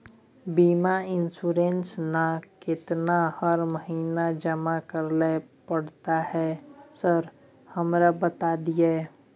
बीमा इन्सुरेंस ना केतना हर महीना जमा करैले पड़ता है सर हमरा बता दिय?